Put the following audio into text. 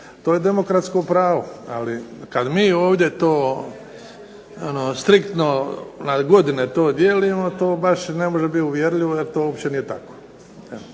To je demokratsko pravo. Ali kad mi ovdje to striktno na godine to dijelimo to baš i ne može biti uvjerljivo jer to uopće nije tako.